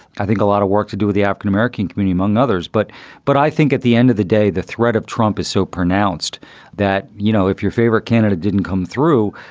i think, a lot of work to do with the african-american community, among others. but but i think at the end of the day, the threat of trump is so pronounced that, you know, if your favorite candidate didn't come through,